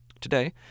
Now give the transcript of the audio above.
Today